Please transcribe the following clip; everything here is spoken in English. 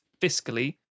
fiscally